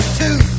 two